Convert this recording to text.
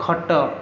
ଖଟ